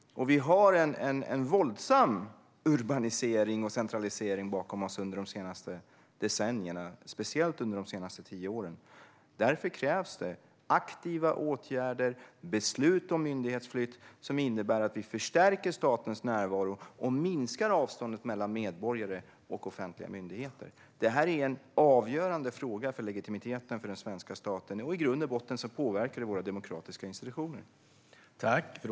Vi har en våldsam urbanisering och centralisering bakom oss, som skett under de senaste decennierna, speciellt under de senaste tio åren. Därför krävs det aktiva åtgärder och beslut om myndighetsflytt som innebär att vi förstärker statens närvaro och minskar avståndet mellan medborgare och offentliga myndigheter. Detta är en avgörande fråga för legitimiteten för den svenska staten, och i grund och botten påverkar det våra demokratiska institutioner.